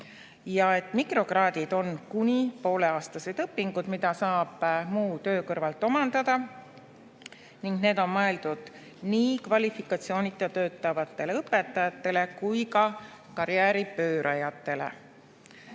Mikrokraadid on kuni pooleaastased õpingud, mida saab muu töö kõrvalt omandada, ning need on mõeldud nii kvalifikatsioonita töötavatele õpetajatele kui ka karjääripöörajatele.